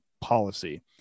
policy